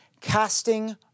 casting